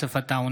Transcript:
יוסף עטאונה,